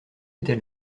était